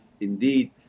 indeed